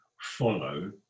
follow